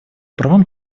правам